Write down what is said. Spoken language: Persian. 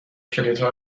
کلیدها